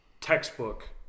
textbook